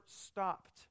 stopped